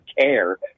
care